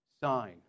sign